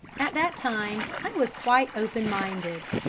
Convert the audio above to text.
at that time i was quite open-minded,